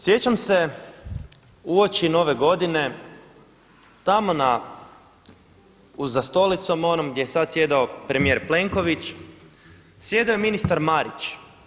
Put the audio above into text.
Sjećam se uoči Nove godine tamo za stolicom onom gdje je sada sjedio premijer Plenković, sjedio je ministar Marić.